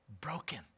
broken